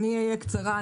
אדבר בקצרה,